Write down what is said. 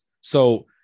So-